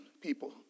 people